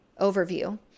overview